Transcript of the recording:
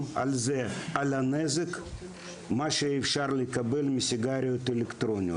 על הנזק שאפשר לקבל מסיגריות אלקטרוניות.